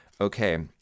Okay